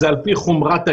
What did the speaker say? זה על פי חומרת העניין,